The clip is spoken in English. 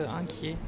inquiet